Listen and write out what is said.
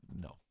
No